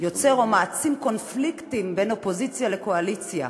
יוצר או מעצים קונפליקטים בין אופוזיציה לקואליציה,